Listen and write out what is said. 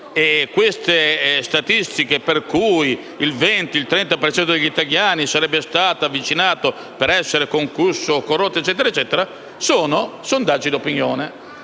queste statistiche per cui il 20-30 per cento degli italiani sarebbe stato avvicinato per essere concusso o corrotto sono sondaggi di opinione,